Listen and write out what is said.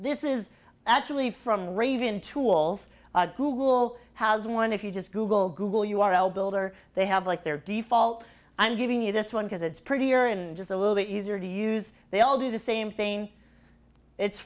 this is actually from raven tools google has one if you just google google u r l builder they have like their default i'm giving you this one because it's prettier and just a little bit easier to use they all do the same thing it's